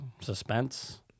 suspense